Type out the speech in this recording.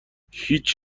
هیچ